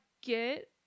get